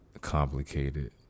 complicated